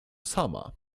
sama